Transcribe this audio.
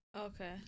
Okay